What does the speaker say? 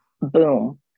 boom